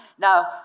Now